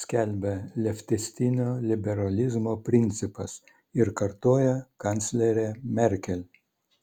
skelbia leftistinio liberalizmo principas ir kartoja kanclerė merkel